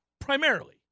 primarily